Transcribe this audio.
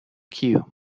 queue